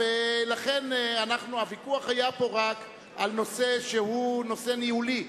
לכן הוויכוח היה פה רק על נושא שהוא נושא ניהולי,